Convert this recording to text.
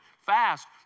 fast